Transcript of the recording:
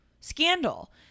scandal